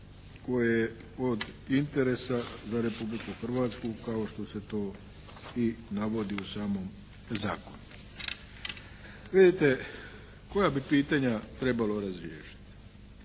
koje je od interesa za Republiku Hrvatsku kao što se to i navodi u samom zakonu. Vidite, koja bi pitanja trebalo razriješiti?